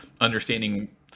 understanding